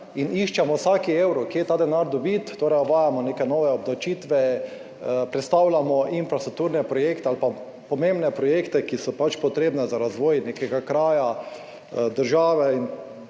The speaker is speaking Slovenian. in iščemo vsak evro, kje ta denar dobiti, torej uvajamo neke nove obdavčitve, predstavljamo infrastrukturne projekte ali pa pomembne projekte, ki so potrebne za razvoj nekega kraja, države in